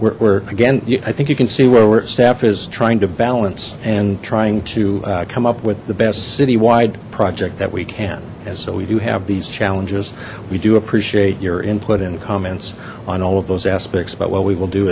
we're again i think you can see where we're staffing to balance and trying to come up with the best citywide project that we can and so we do have these challenges we do appreciate your input and comments on all of those aspects about what we will do